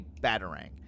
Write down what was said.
batarang